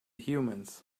humans